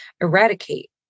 eradicate